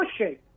pushing